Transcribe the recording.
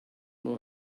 know